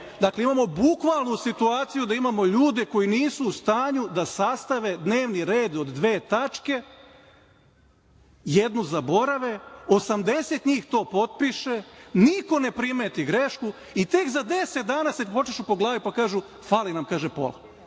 Dakle, imamo bukvalnu situaciju da imamo ljude koji nisu u stanju da sastave dnevni red od dve tačke, jednu zaborave, 80 njih to potpiše i niko ne primeti grešku i tek za 10 dana se počešu po glavi i kažu – fali nam pola. Tu